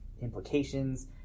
implications